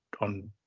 on